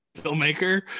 filmmaker